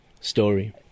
story